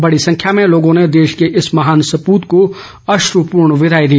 बड़ी संख्या में लोगों ने देश के इस महान सपूत को अश्रपूर्ण विदाई दी